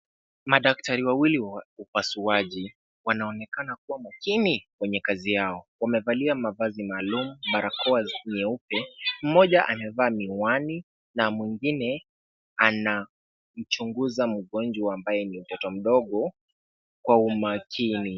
Madaktari wawili wa upasuaji wanaonekana kuwa makini kwenye kazi yao. Wamevalia mavazi maalum barakoa nyeupe. Mmoja amevaa miwani na mwingine anamchunguza mgonjwa ambaye ni mtoto mdogo kwa umakini.